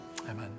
Amen